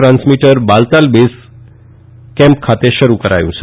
transmitter બારતાલ base camp ખાતે શરૂ કર્યું છે